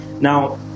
now